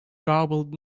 garbled